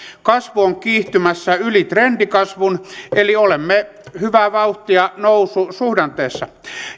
kasvu on kiihtymässä yli trendikasvun eli olemme hyvää vauhtia noususuhdanteessa